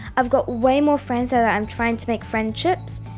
i've got way more friends and i'm trying to make friendships,